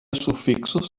sufixos